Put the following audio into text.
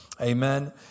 Amen